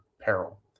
peril